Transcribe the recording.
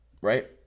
right